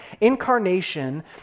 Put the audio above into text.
incarnation